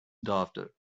daughter